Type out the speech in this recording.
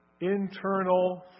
internal